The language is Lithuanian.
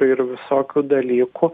ir visokių dalykų